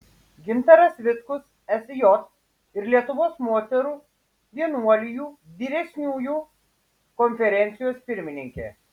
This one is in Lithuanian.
gintaras vitkus sj ir lietuvos moterų vienuolijų vyresniųjų konferencijos pirmininkė